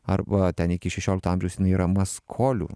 arba ten iki šešiolikto amžiaus jinai yra maskolių